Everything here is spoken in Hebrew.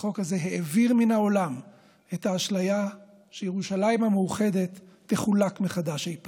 החוק הזה העביר מן העולם את האשליה שירושלים המאוחדת תחולק מחדש אי פעם.